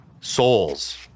souls